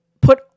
put